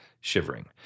shivering